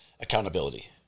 accountability